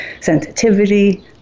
sensitivity